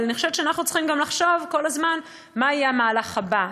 אבל אני חושבת שאנחנו צריכים גם לחשוב כל הזמן מה יהיה המהלך הבא.